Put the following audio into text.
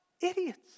idiots